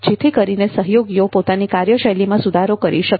જેથી કરીને સહયોગીઓ પોતાની કાર્યશૈલીમાં સુધારો કરી શકે